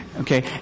Okay